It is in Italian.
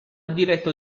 diretto